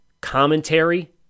commentary